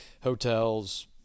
hotels